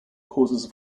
causes